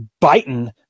biting